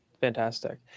Fantastic